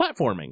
platforming